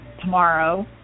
tomorrow